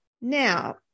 Now